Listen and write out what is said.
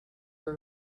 were